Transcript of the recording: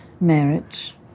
marriage